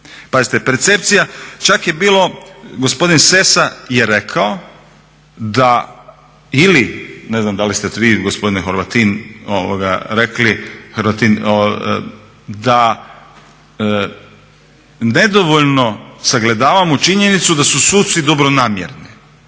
Pazite percepcija, čak je bilo gospodin Sessa je rekao da ili ne znam da li ste vi gospodine Hrvatin rekli da nedovoljno sagledavamo činjenicu da su suci dobronamjerni.